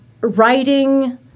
writing